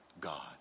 God